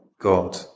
God